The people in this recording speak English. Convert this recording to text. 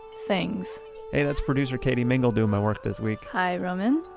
things hey, that's producer katie mingle doing my work this week hi, roman!